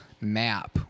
map